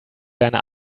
deiner